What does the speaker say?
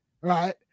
right